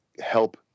help